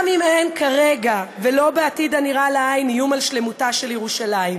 גם אם אין כרגע ולא בעתיד הנראה לעין איום על שלמותה של ירושלים,